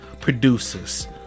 producers